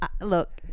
look